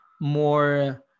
more